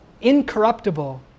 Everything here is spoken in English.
incorruptible